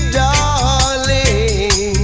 darling